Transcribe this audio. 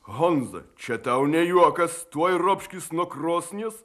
honza čia tau ne juokas tuoj ropškis nuo krosnies